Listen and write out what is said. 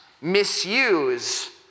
misuse